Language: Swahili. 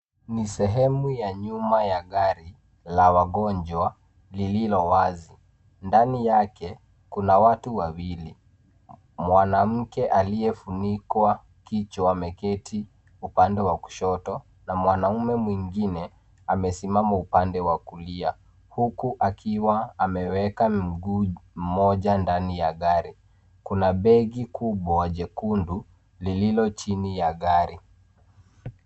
Ni sehemu ya nyuma ya gari la wagonjwa lililo wazi. Ndani yake kuna watu wawili; mwanamke aliyefunikwa kichwa ameketi upande wa kushoto, na mwanaume mwingine amesimama upande wa kulia huku akiwa ameweka mguu mmoja ndani ya gari. Kuna begi kubwa jekundu lililo chini ya gari.